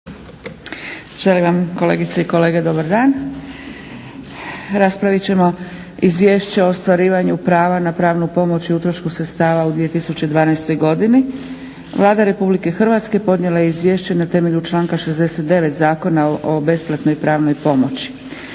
Želim vam kolegice i kolege dobar dan. Raspravit ćemo - Izvješće o ostvarivanju prava na pravnu pomoć i utrošku sredstava u 2012. godini Vlada Republike Hrvatske podnijela je izvješće na temelju članka 69. Zakona o besplatnoj pravnoj pomoći.